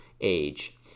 age